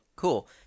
Cool